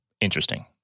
Interesting